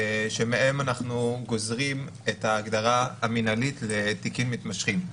שמהן אנחנו גוזרים את ההגדרה המנהלית לתיקים מתמשכים.